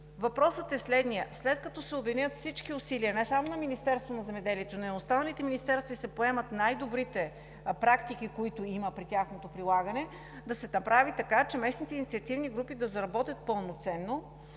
Въпросът е, след като се обединят всички усилия – не само на Министерството на земеделието, храните и горите, но и на останалите министерства и се поемат най-добрите практики, които има при тяхното прилагане, да се направи така, че местните инициативни групи да заработят пълноценно,